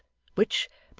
which,